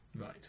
Right